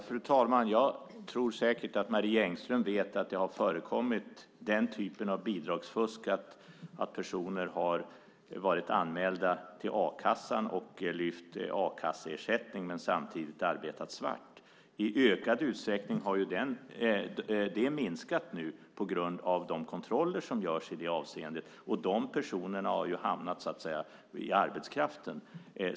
Fru talman! Jag tror säkert att Marie Engström vet att det har förekommit den typen av bidragsfusk att personer varit anmälda till a-kassan och lyft en a-kasseersättning och samtidigt arbetat svart. I ökad utsträckning har det minskat på grund av de kontroller som nu görs i det avseendet. De personerna har hamnat i arbetskraften.